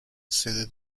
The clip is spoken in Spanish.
sede